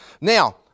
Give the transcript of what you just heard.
Now